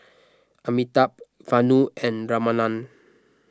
Amitabh Vanu and Ramanand